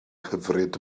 hyfryd